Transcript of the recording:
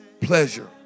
pleasure